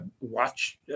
watch